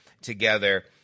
together